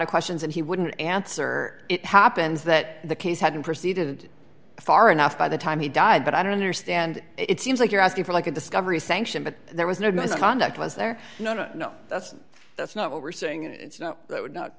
of questions and he wouldn't answer it happens that the case hadn't proceeded far enough by the time he died but i don't understand it seems like you're asking for like a discovery sanction but there was no misconduct was there no no no that's that's not what we're saying and it's not that would not